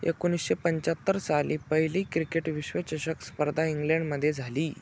एकोणीसशे पंचाहत्तर साली पहिली क्रिकेट विश्वचषक स्पर्धा इंग्लँडमध्ये झाली